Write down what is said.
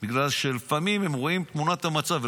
בגלל שלפעמים הם רואים את תמונת המצב.